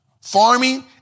Farming